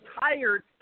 tired